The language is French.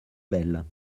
belle